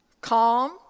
calm